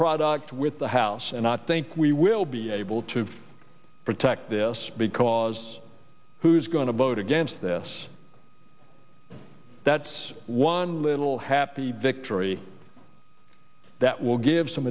product with the house and i think we will be able to protect this because who's going to vote against this that's one little happy victory that will give some